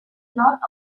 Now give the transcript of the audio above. note